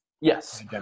Yes